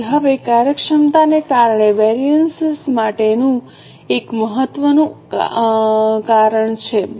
તેથી હવે કાર્યક્ષમતાને કારણે વેરિએન્સ માટેનું એક મહત્વનું કારણ છે